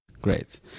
great